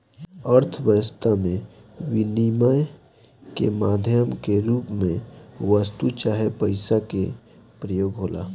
अर्थव्यस्था में बिनिमय के माध्यम के रूप में वस्तु चाहे पईसा के प्रयोग होला